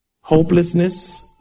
hopelessness